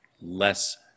less